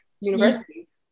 universities